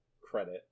credit